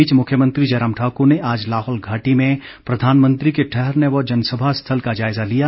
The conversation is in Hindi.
इस बीच मुख्यमंत्री जयराम ठाकुर ने आज लाहौल घाटी में प्रधानमंत्री के ठहरने व जनसभा स्थल का जायजा लिया